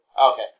Okay